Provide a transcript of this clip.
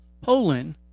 Poland